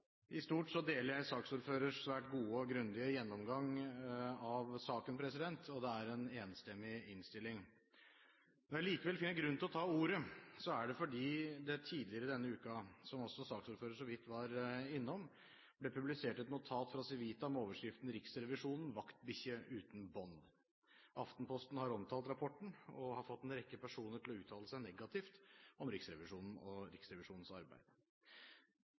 I stort slutter jeg meg til saksordførerens svært gode og grundige gjennomgang av saken, og det er en enstemmig innstilling. Når jeg allikevel finner grunn til å ta ordet, er det fordi det tidligere denne uken, som også saksordføreren så vidt var innom, ble publisert et notat fra Civita, med overskriften «Riksrevisjonen – vaktbikkje uten bånd?». Aftenposten har omtalt rapporten og fått en rekke personer til å uttale seg negativt om Riksrevisjonen og Riksrevisjonens arbeid.